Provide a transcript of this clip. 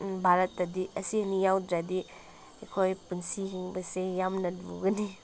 ꯚꯥꯔꯠꯇꯗꯤ ꯑꯁꯤ ꯑꯅꯤ ꯌꯥꯎꯗ꯭ꯔꯗꯤ ꯑꯩꯈꯣꯏ ꯄꯨꯟꯁꯤ ꯍꯤꯡꯕꯁꯦ ꯌꯥꯝꯅ ꯂꯨꯒꯅꯤ